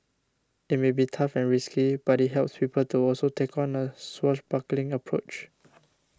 it may be tough and risky but it helps people to also take on a swashbuckling approach